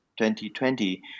2020